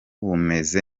bumeze